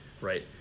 right